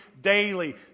daily